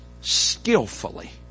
skillfully